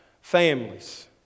Families